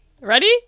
ready